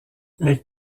les